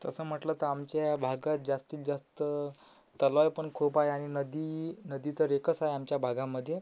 तसं म्हटलं तर आमच्या भागात जास्तीत जास्त तलाव पण खूप आहे आणि नदी नदी तर एकच आहे आमच्या भागामध्ये